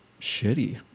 shitty